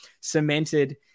cemented